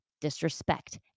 disrespect